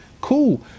cool